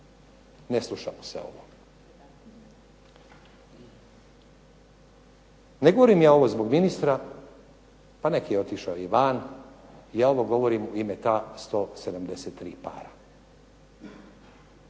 ne sluša mu se ovo. Ne govorim ja ovo zbog ministra, pa nek' je otišao i van. Ja ovo govorim u ime ta 173 para.